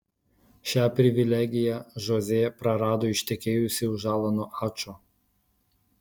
šią privilegiją žozė prarado ištekėjusi už alano ačo